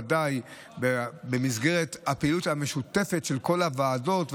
ודאי במסגרת הפעילות המשותפת של כל הוועדות,